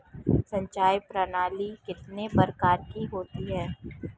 सिंचाई प्रणाली कितने प्रकार की होती है?